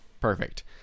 Perfect